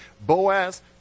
Boaz